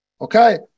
Okay